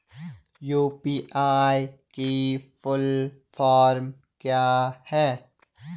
UPI की full form क्या है?